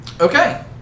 Okay